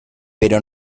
pero